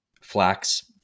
flax